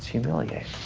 humiliating.